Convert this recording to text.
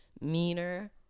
meaner